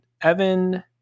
Evan